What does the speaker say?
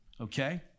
okay